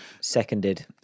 Seconded